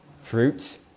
fruits